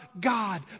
God